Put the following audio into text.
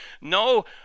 no